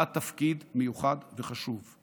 שלה תפקיד מיוחד וחשוב.